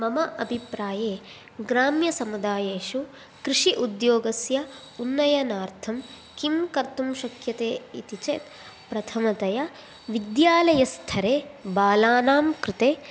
मम अभिप्राये ग्राम्यसमुदायेषु कृषि उद्योगस्य उन्नयनार्थं किं कर्तुं शक्यते इति चेत् प्रथमतया विद्यालयस्तरे बालानां कृते